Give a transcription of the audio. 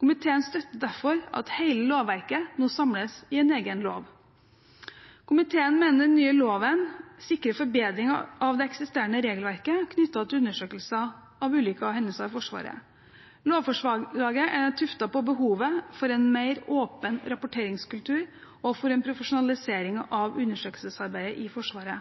Komiteen støtter derfor at hele lovverket nå samles i en egen lov. Komiteen mener den nye loven sikrer forbedring av det eksisterende regelverket knyttet til undersøkelser av ulykker og hendelser i Forsvaret. Lovforslaget er tuftet på behovet for en mer åpen rapporteringskultur og for en profesjonalisering av undersøkelsesarbeidet i Forsvaret.